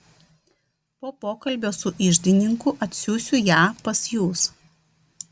po pokalbio su iždininku atsiųsiu ją pas jus